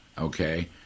Okay